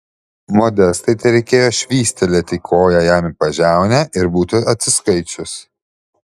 modestai tereikėjo švystelėti koja jam į pažiaunę ir būtų atsiskaičius